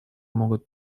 могут